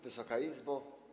Wysoka Izbo!